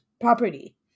property